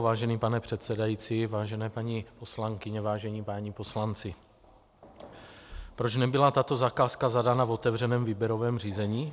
Vážený pane předsedající, vážené paní poslankyně, vážení páni poslanci, proč nebyla tato zakázka zadána v otevřeném výběrovém řízení?